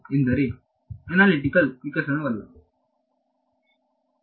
ಎಂದರೆ ಅನಾಲಿಟಿಕಲ್ ವಿಕಸನವಿಲ್ಲ